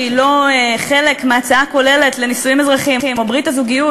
לא חלק מהצעה כוללת לנישואים אזרחיים או ברית הזוגיות,